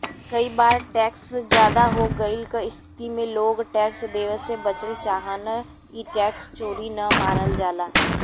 कई बार टैक्स जादा हो गइले क स्थिति में लोग टैक्स देवे से बचल चाहन ई टैक्स चोरी न मानल जाला